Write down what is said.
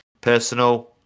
Personal